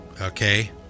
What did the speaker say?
okay